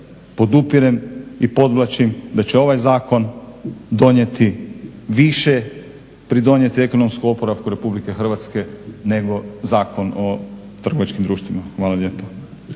podupirem i podvlačim da će ovaj zakon donijeti više pridonijeti ekonomskom oporavku Republike Hrvatske nego Zakon o trgovačkim društvima. Hvala lijepo.